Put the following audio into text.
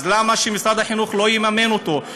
אז למה לא יממן אותו משרד החינוך?